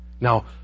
Now